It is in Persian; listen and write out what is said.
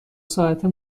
ساعته